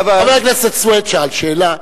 חבר הכנסת סוייד שאל שאלה.